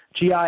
GI